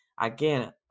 again